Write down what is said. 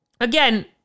again